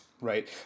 right